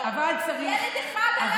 ילד אחד,